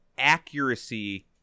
accuracy